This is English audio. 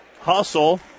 hustle